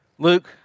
Luke